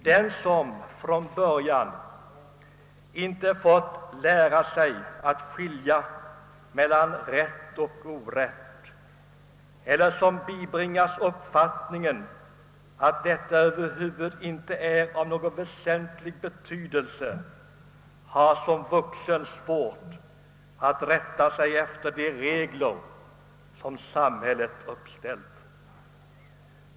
Den som från början inte fått lära sig skilja mellan rätt och orätt eller som bibringats uppfattningen att detta över huvud taget inte är av någon väsentlig betydelse har som vuxen svårt att rätta sig efter de regler samhället uppställt.